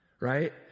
right